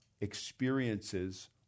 experiences